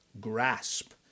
grasp